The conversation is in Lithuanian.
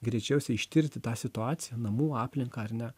greičiausiai ištirti tą situaciją namų aplinką ar ne